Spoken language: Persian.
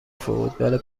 فوتبال